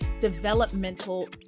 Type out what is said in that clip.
developmental